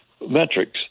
metrics